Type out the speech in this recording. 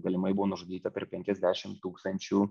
galimai buvo nužudyta per penkiasdešim tūkstančių